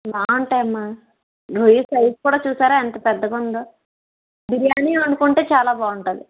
బాగుంటాయమ్మా రొయ్య సైజు కూడా చూసారా ఎంత పెద్దగుందో బిర్యానీ వండుకుంటే చాలా బాగుంటుంది